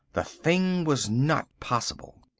the thing was not possible.